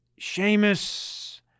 Seamus